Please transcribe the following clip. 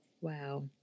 Wow